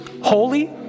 holy